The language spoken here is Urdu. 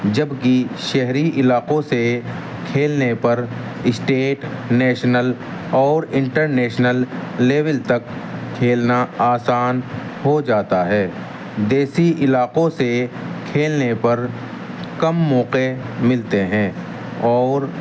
جبکہ شہری علاقوں سے کھیلنے پر اسٹیٹ نیشنل اور انٹرنیشنل لیول تک کھیلنا آسان ہو جاتا ہے دیسی علاقوں سے کھیلنے پر کم موقعے ملتے ہیں اور